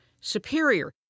superior